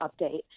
update